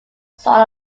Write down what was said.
sort